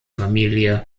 familie